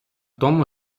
тому